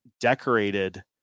decorated